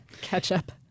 Ketchup